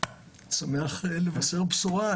אני שמח לבשר בשורה,